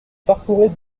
parcourait